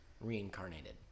Reincarnated